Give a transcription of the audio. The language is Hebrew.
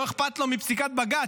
שלא איכפת לו מפסיקת בג"ץ,